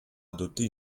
adopter